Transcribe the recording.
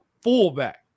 fullback